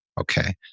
Okay